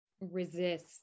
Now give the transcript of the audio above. resist